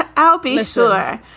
i'll be sure.